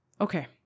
Okay